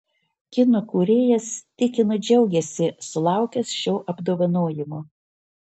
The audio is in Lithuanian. kino kūrėjas tikino džiaugiasi sulaukęs šio apdovanojimo